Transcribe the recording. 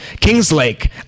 Kingslake